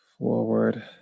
forward